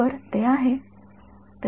तर ते आहे